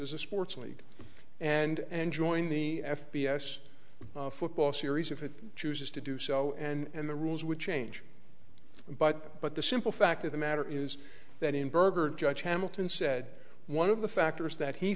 as a sports league and joined the f b s football series if it chooses to do so and the rules would change but but the simple fact of the matter is that in berger judge hamilton said one of the factors that he